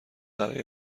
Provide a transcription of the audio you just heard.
برای